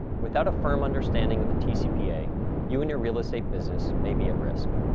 without a firm understanding of the tcpa you and your real estate business may be at risk.